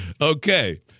Okay